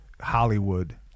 Hollywood